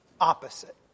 opposite